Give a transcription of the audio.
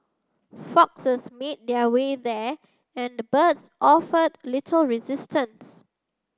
foxes made their way there and the birds offered little resistance